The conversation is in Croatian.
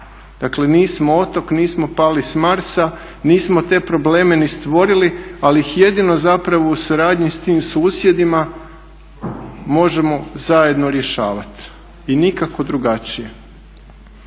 Dakle nismo otok, nismo pali s Marsa, nismo te probleme ni stvorili, ali ih jedino u suradnji sa tim susjedima možemo zajedno rješavati i nikako drugačije.